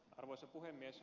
arvoisa puhemies